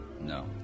No